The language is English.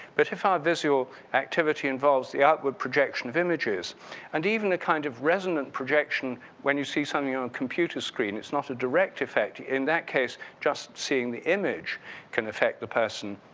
but if our visual activity involves the outward projection of images and even the kind of resonant projection when you see something on a computer screen, it's not a direct effect, in that case just seeing the image can affect the person.